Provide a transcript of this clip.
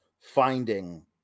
finding